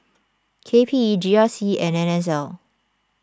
K P E G R C and N S L